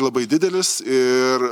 labai didelis ir